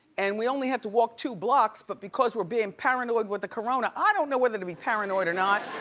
and we only had to walk two blocks but because we're being paranoid with the corona, i don't know whether to be paranoid or not.